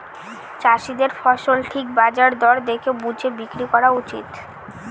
চাষীদের ফসল ঠিক বাজার দর দেখে বুঝে বিক্রি করা উচিত